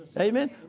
Amen